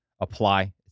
apply